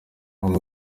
abo